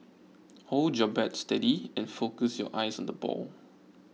hold your bat steady and focus your eyes on the ball